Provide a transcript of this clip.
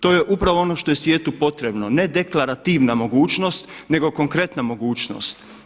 To je upravo ono što je svijetu potrebno, ne deklarativna mogućnost nego konkretna mogućnost.